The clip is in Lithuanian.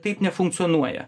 taip nefunkcionuoja